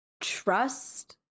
trust